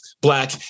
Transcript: Black